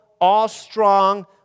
all-strong